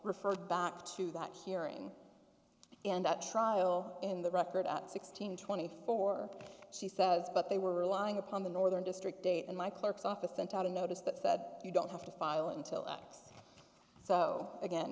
referred back to that hearing in that trial in the record at sixteen twenty four she says but they were relying upon the northern district date and my clerk's office sent out a notice that said you don't have to file until x so again